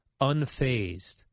unfazed